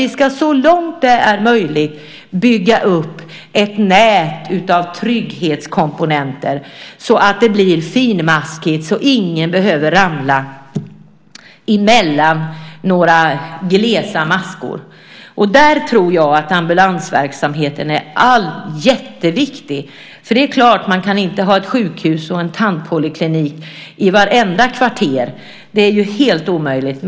Vi ska så långt det är möjligt bygga upp ett finmaskigt nät av trygghetskomponenter så att ingen behöver ramla mellan några glesa maskor. Här tror jag att ambulansverksamheten är jätteviktig. Det går inte att ha ett sjukhus eller en tandpoliklinik i varje kvarter. Det är helt omöjligt.